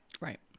Right